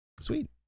Sweet